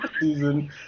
season